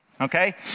Okay